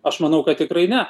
aš manau kad tikrai ne